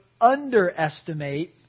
underestimate